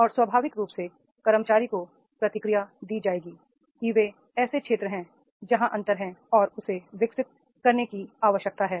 और स्वाभाविक रूप से कर्मचारी को प्रतिक्रिया दी जाएगी कि ये ऐसे क्षेत्र हैं जहां अंतर है और उसे विकसित करने की आवश्यकता है